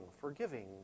forgiving